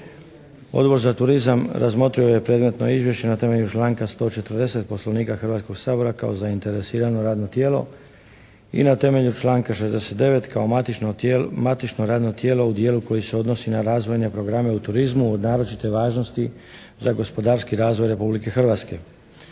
Odbor za turizam razmotrio je predmetno izvješće na temelju članka 140. Poslovnika Hrvatskoga sabora kao zainteresirano radno tijelo i na temelju članka 69. kao matično radno tijelo u dijelu koji se odnosi na razvojne programe u turizmu od naročite važnosti za gospodarski razvoj Republike Hrvatske.